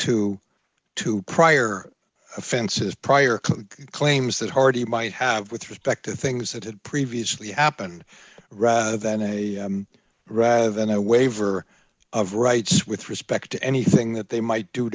to two prior offenses prior claims that hardie might have with respect to things that had previously appen rather than a rather than a waiver of rights with respect to anything that they might do